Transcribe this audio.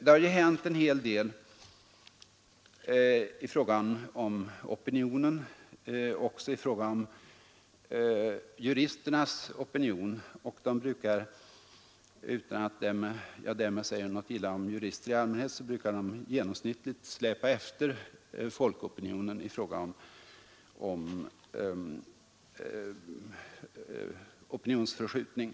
Det har ju hänt en hel del inom den allmänna opinionen här. Även opinionen bland juristerna har ändrats. Utan att säga något illa om jurister i allmänhet vill jag nämna det kända faktum att opinionen bland juristerna genomsnittligt brukar släpa efter folkopinionen vid förskjutningar i framstegsvänlig riktning.